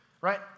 Right